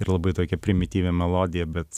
ir labai tokia primityvi melodija bet